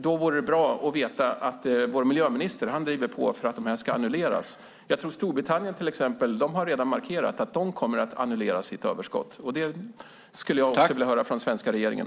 Det vore bra att veta att vår miljöminister driver på för att detta ska annulleras. Jag tror att Storbritannien redan har markerat att de kommer att annullera sitt överskott. Det skulle jag också vilja höra från svenska regeringen.